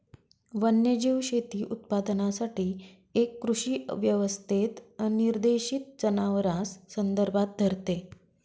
वन्यजीव शेती उत्पादनासाठी एक कृषी व्यवस्थेत अनिर्देशित जनावरांस संदर्भात धरते